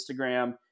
Instagram